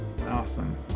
Awesome